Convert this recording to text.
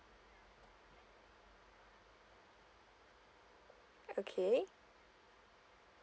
okay